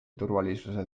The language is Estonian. turvalisuse